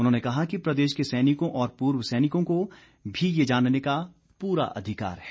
उन्होंने कहा कि प्रदेश के सैनिकों और पूर्व सैनिकों भी ये जानने का पूरा अधिकार है